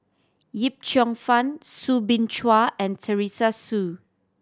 Yip Cheong Fun Soo Bin Chua and Teresa Hsu